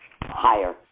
higher